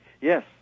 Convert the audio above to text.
yes